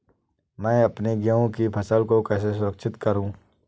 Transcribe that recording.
मैं अपनी गेहूँ की फसल को कैसे सुरक्षित करूँ?